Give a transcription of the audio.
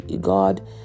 god